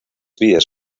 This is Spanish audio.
vías